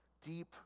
Deep